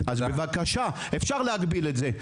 אז בבקשה, אפשר להגביל את זה.